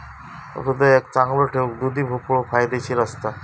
हृदयाक चांगलो ठेऊक दुधी भोपळो फायदेशीर असता